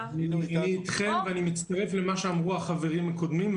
אני אתכם ואני מצטרף למה שאמרו החברים הקודמים.